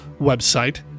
website